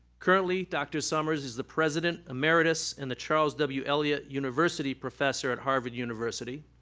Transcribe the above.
currently, dr. summers is the president emeritus and the charles w. eliot university professor at harvard university.